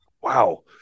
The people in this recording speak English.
Wow